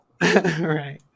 Right